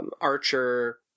Archer